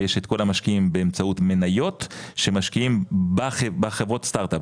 ויש את כל המשקיעים באמצעות מניות שמשקיעים בחברות סטארט אפ,